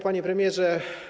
Panie Premierze!